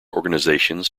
organizations